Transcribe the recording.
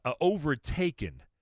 overtaken